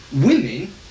women